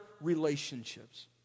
relationships